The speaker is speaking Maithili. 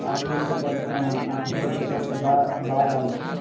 आप लोगकेँ तरफ आँ अपन लोककेँ तरफ तऽ बाढ़ बाढ़ आएल छै